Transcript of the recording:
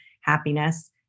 happiness